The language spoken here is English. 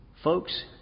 Folks